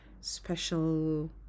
special